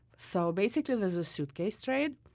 so basically there's a suitcase trade.